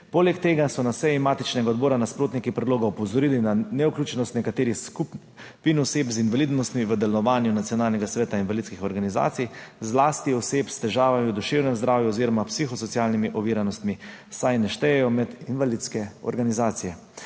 Poleg tega so na seji matičnega odbora nasprotniki predloga opozorili na nevključenost nekaterih skupin oseb z invalidnostjo v delovanju Nacionalnega sveta invalidskih organizacij, zlasti oseb s težavami v duševnem zdravju oziroma psihosocialnimi oviranostmi, saj jih ne štejejo med invalidske organizacije.